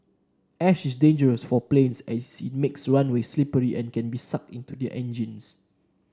ash is dangerous for planes as it makes runways slippery and can be sucked into their engines